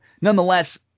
nonetheless